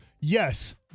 Yes